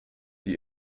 die